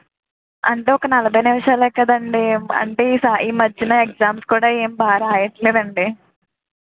అంటే ఒక నలభై నిమిషాలే కదండి అంటే ఈ సా ఈ మధ్యన ఎగ్జామ్స్ కూడా ఏం బా రాయటం లేదండి